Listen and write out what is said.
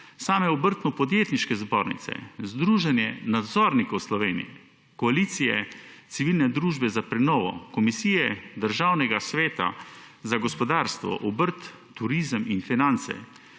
same Obrtno-podjetniške zbornice, Združenje nadzornikov Slovenije, koalicije, civilne družbe za prenovo, Komisije Državnega sveta za gospodarstvo, obrt, turizem in finance,